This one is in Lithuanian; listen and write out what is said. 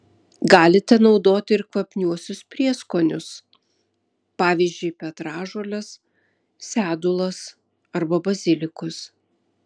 galite naudoti ir kvapniuosius prieskonius pavyzdžiui petražoles sedulas arba bazilikus